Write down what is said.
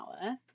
hour